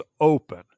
open